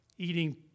eating